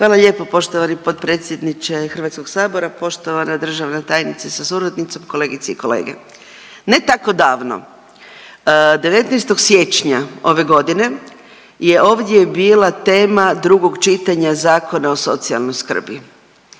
Hvala lijepo poštovani potpredsjedniče HS, poštovana državna tajnice sa suradnicom, kolegice i kolege. Ne tako davno 19. siječnja ove godine je ovdje bila tema drugog čitanja Zakona o socijalnoj skrbi.